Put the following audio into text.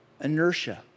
inertia